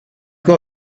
have